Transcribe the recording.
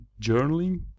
journaling